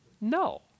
No